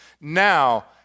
Now